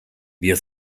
wir